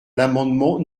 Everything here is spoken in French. l’amendement